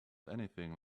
anything